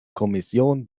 kommission